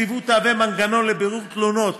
הנציבות תהווה מנגנון לבירור תלונות